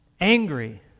angry